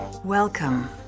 Welcome